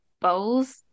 bowls